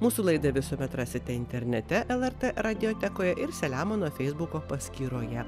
mūsų laidą visuomet rasite internete lrt radijo tekoje ir selemono feisbuko paskyroje